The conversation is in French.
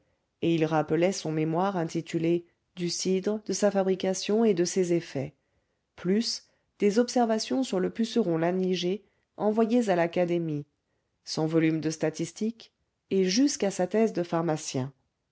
et il rappelait son mémoire intitulé du cidre de sa fabrication et de ses effets plus des observations sur le puceron laniger envoyées à l'académie son volume de statistique et jusqu'à sa thèse de pharmacien